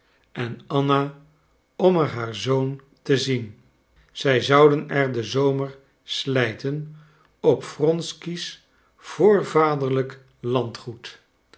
en anna om er haar zoon te zien zij zouden er den zomer slijten op wronsky's voorvaderlijk landgoed